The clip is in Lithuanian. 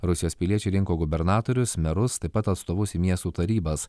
rusijos piliečiai rinko gubernatorius merus taip pat atstovus į miestų tarybas